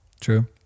True